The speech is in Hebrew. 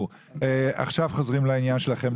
עכשיו חוזרים לעניין שלנו.